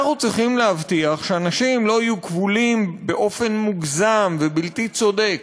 אנחנו צריכים להבטיח שאנשים לא יהיו כבולים באופן מוגזם ובלתי צודק